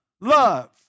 Love